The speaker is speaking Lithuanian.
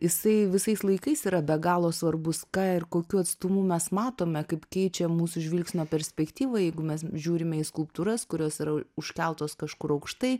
jisai visais laikais yra be galo svarbus ką ir kokiu atstumu mes matome kaip keičia mūsų žvilgsnio perspektyvą jeigu mes žiūrime į skulptūras kurios yra užkeltos kažkur aukštai